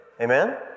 Amen